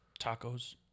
Tacos